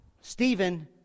Stephen